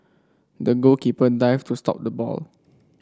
the goalkeeper dived to stop the ball